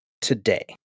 today